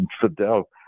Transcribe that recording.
Fidel